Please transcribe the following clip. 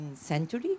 century